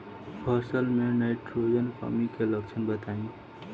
फसल में नाइट्रोजन कमी के लक्षण बताइ?